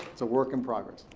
it's a work in progress.